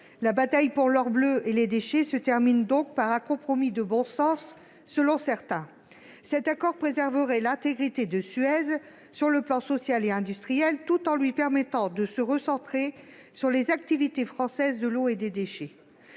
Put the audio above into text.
La bataille pour l'or bleu et les déchets se termine donc par un compromis « de bon sens », selon certains. Cet accord préserverait l'intégrité de Suez sur le plan social et industriel tout en lui permettant de se recentrer sur les activités françaises de l'eau et des déchets.